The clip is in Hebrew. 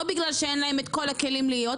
לא בגלל שאין להן כלים להיות.